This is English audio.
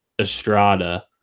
Estrada